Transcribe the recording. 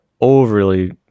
overly